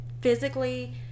physically